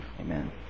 amen